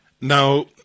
Now